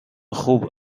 خوب